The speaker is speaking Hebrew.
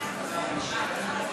לוועדות ערר רפואיות,